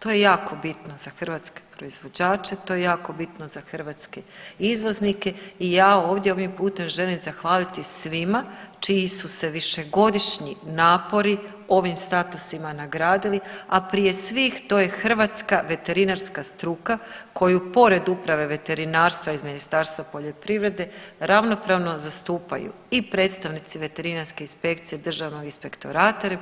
To je jako bitno za hrvatske proizvođače, to je jako bitno za hrvatske izvoznike i ja ovdje ovim putem želim zahvaliti svima čiji su se višegodišnji napori ovim statusima nagradili, a prije svih to je hrvatska veterinarska struka koju pored Uprave veterinarstva iz Ministarstva poljoprivrede ravnopravno zastupaju i predstavnici Veterinarske inspekcije Državnog inspektorata RH